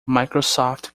microsoft